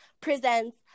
presents